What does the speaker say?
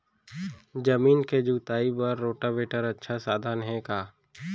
जमीन के जुताई बर रोटोवेटर अच्छा साधन हे का?